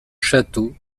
château